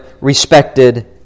respected